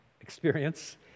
experience